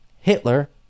Hitler